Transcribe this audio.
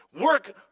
work